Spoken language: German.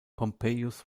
pompeius